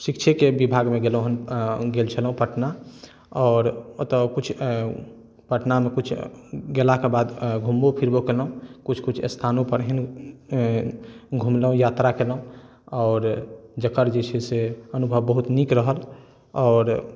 शिक्षेके विभागमे गेलहुँ गेल छलहुँ आओर ओतऽ कुछ पटनामे कुछ गेलाके बाद घुमबो फिरबो केलहुँ कुछ कुछ स्थानोपर एहन घुमलहुँ यात्रा केलहुँ आओर जकर जे छै से अनुभव बहुत नीक रहल आओर